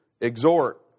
exhort